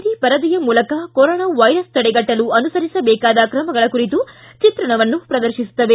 D ಪರದೆಯ ಮೂಲಕ coronavirus ತಡೆಗಟ್ಟಲು ಅನುಸರಿಸಬೇಕಾದ ಕ್ರಮಗಳ ಕುರಿತ ಚಿತ್ರಣವನ್ನು ಪ್ರದರ್ಶಿಸುತ್ತವೆ